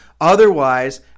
Otherwise